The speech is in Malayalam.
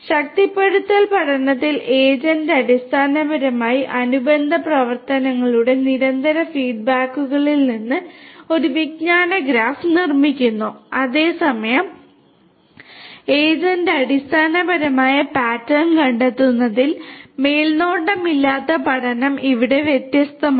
ശക്തിപ്പെടുത്തൽ പഠനത്തിൽ ഏജന്റ് അടിസ്ഥാനപരമായി അനുബന്ധ പ്രവർത്തനങ്ങളുടെ നിരന്തരമായ ഫീഡ് ബാക്കുകളിൽ നിന്ന് ഒരു വിജ്ഞാന ഗ്രാഫ് നിർമ്മിക്കുന്നു അതേസമയം ഏജന്റ് അടിസ്ഥാനപരമായ പാറ്റേൺ കണ്ടെത്തുന്നതിൽ മേൽനോട്ടമില്ലാത്ത പഠനം ഇവിടെ വ്യത്യസ്തമാണ്